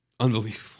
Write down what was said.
Unbelievable